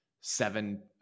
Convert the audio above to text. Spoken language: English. seven